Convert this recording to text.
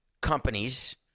companies